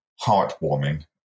heartwarming